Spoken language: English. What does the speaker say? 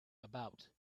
about